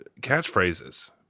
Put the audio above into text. catchphrases